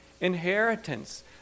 inheritance